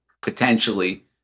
potentially